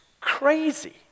crazy